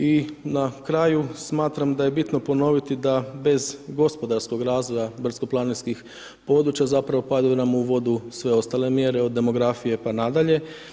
I na kraju smatram da je bitno ponoviti da bez gospodarskog razvoja brdsko planinskih područja zapravo padaju nam u vodu sve ostale mjere od demografije pa na dalje.